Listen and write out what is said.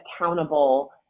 accountable